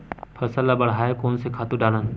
फसल ल बढ़ाय कोन से खातु डालन?